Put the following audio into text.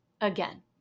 again